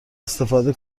استفاده